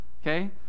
okay